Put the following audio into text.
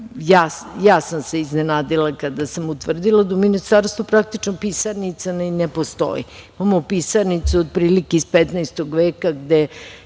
ja sam se iznenadila kada sam utvrdila da u Ministarstvu praktično pisarnica ni ne postoji. Imamo pisarnicu otprilike iz 15. veka gde